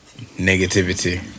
Negativity